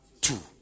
two